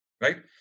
Right